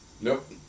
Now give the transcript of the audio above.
Nope